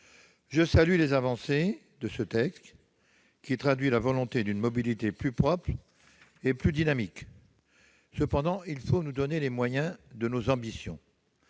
Je salue les avancées de ce texte, qui traduit la volonté d'une mobilité plus propre et plus dynamique. Cependant, il faut nous donner les moyens de nos ambitions.